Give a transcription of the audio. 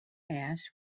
ash